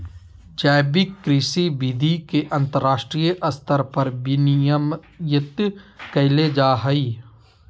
जैविक कृषि विधि के अंतरराष्ट्रीय स्तर पर विनियमित कैल जा हइ